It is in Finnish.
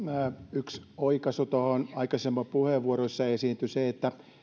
yksi oikaisu tuohon aikaisempaan puheenvuoroon jossa esiintyi se että